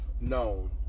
known